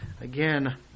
again